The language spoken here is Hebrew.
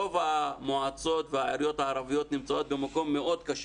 רוב המועצות והעיריות הערביות נמצאות במקום מאוד קשה,